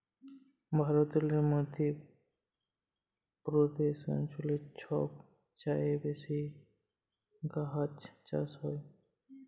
ভারতেল্লে মধ্য প্রদেশ অঞ্চলে ছব চাঁঁয়ে বেশি গাহাচ চাষ হ্যয়